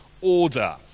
order